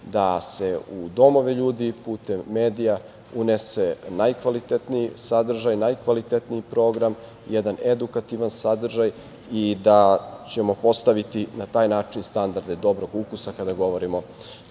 da se u domove ljudi putem medija unese najkvalitetniji sadržaj, najkvalitetniji program, jedan edukativan sadržaj i da ćemo postaviti na taj način standarde dobrog ukusa kada govorimo